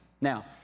Now